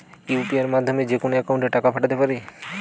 UPI মাধ্যমে যেকোনো একাউন্টে টাকা পাঠাতে পারি?